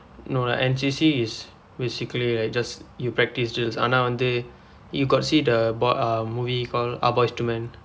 no lah N_C_C is basically like just you practice drills ஆனா வந்து :aanaa vandthu you got see the bo~ uh movie called ah boys to men